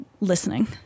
listening